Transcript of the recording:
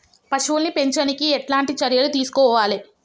పశువుల్ని పెంచనీకి ఎట్లాంటి చర్యలు తీసుకోవాలే?